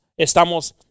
¿Estamos